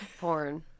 porn